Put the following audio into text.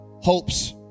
Hopes